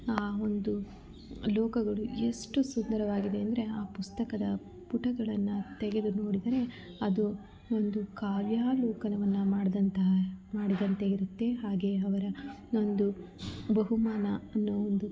ಆ ಒಂದು ಲೋಕಗಳು ಎಷ್ಟು ಸುಂದರವಾಗಿದೆ ಅಂದರೆ ಆ ಪುಸ್ತಕದ ಪುಟಗಳನ್ನು ತೆಗೆದು ನೋಡಿದರೆ ಅದು ಒಂದು ಕಾವ್ಯಾಲೋಕನವನ್ನು ಮಾಡಿದಂತಹ ಮಾಡಿದಂತೆ ಇರುತ್ತೆ ಹಾಗೆಯೇ ಅವರ ಒಂದು ಬಹುಮಾನ ಅನ್ನುವ ಒಂದು